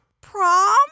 Prom